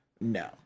No